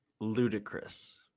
ludicrous